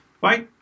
Bye